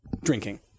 drinking